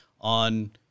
on